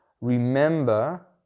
Remember